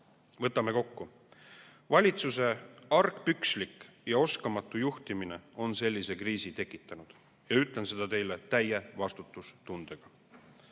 Võtame kokku. Valitsuse argpükslik ja oskamatu juhtimine on sellise kriisi tekitanud. Ütlen seda teile täie vastutustundega.